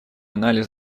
анализ